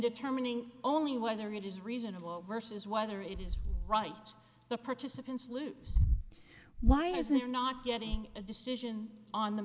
determining only whether it is reasonable versus whether it is right the participants lose why is there not getting a decision on the